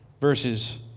verses